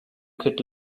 could